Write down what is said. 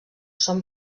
són